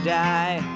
die